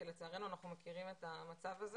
כי לצערנו אנחנו מכירים את המצב הזה.